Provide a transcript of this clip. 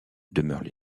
demeurent